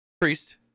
Priest